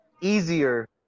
easier